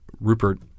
Rupert